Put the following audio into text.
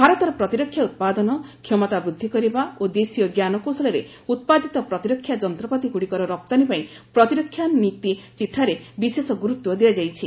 ଭାରତର ପ୍ରତିରକ୍ଷା ଉତ୍ପାଦନ କ୍ଷମତା ବିଦ୍ଧି କରିବା ଓ ଦେଶୀୟ ଜ୍ଞାନକୌଶଳରେ ଉତ୍ପାଦିତ ପ୍ରତିରକ୍ଷା ଯନ୍ତ୍ରପାତି ଗୁଡ଼ିକର ରପ୍ତାନୀ ପାଇଁ ପ୍ରତିରକ୍ଷା ନୀତି ଚିଠାରେ ବିଶେଷ ଗୁରୁତ୍ୱ ଦିଆଯାଇଛି